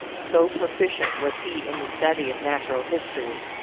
so proficient was he in the study of natural history,